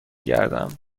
گردم